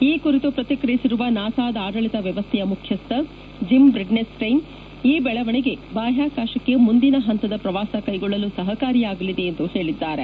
ಈ ಕುರಿತು ಪ್ರತಿಕ್ರಿಯಿಸಿರುವ ನಾಸಾದ ಆಡಳಿತ ವ್ಯವಸ್ಥೆಯ ಮುಖ್ಯಸ್ಥ ಜಿಮ್ ಬ್ರಿಡ್ತೇಸ್ಟೈನ್ ಈ ಬೆಳವಣೆಗೆ ಬಾಹ್ಯಾಕಾಶಕ್ಕೆ ಮುಂದಿನ ಹಂತದ ಪ್ರವಾಸ ಕೈಗೊಳ್ಳಲು ಸಹಕಾರಿಯಾಗಲಿದೆ ಎಂದು ಹೇಳಿದ್ದಾರೆ